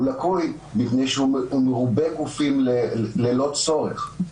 הוא לקוי מפני שהוא מרובה גופים ללא צורך.